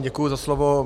Děkuji za slovo.